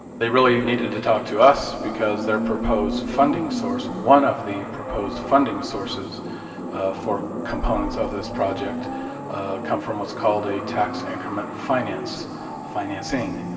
they really needed to talk to us because their proposed funding source one of the proposed funding sources for components of this project come from what's called a tax increment financing,